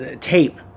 Tape